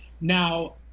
Now